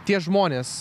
tie žmonės